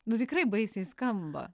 nu tikrai baisiai skamba